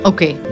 Okay